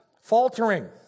faltering